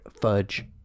fudge